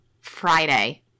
Friday